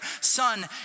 Son